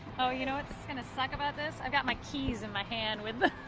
oh you know what's gonna suck about this, i've got my keys in my hand with the.